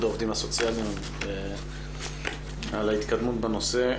העובדים הסוציאליים על ההתקדמות בנושא.